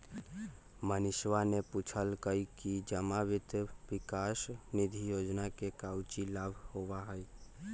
मनीषवा ने पूछल कई कि जमा वित्त विकास निधि योजना से काउची लाभ होबा हई?